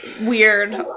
weird